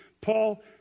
Paul